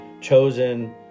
chosen